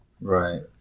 right